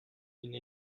d’une